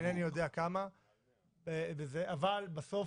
אינני יודע כמה אבל בסוף,